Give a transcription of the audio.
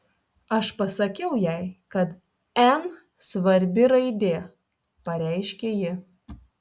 aš pasakiau jai kad n svarbi raidė pareiškė ji